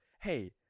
Hey